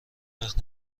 وقت